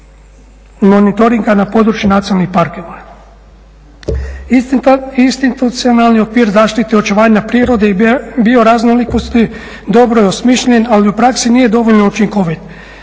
monitoringa na području nacionalnih parkova. Institucionalni okvir zaštite očuvanja prirode i bioraznolikosti dobro je osmišljen, ali u praksi nije dovoljno učinkovit